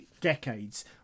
decades